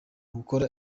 gukora